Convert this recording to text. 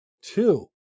Two